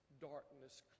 darkness